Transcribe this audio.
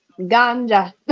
Ganja